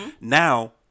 Now